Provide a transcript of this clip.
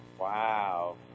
Wow